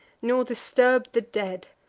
nor disturb'd the dead.